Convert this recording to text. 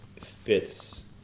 fits